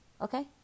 okay